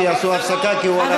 שיעשו הפסקה כי הוא הלך לכתוב צ'אט.